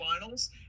finals